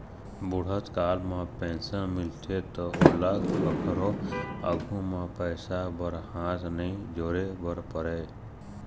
बूढ़त काल म पेंशन मिलथे त ओला कखरो आघु म पइसा बर हाथ नइ जोरे बर परय